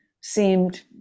seemed